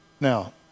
Now